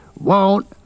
Won't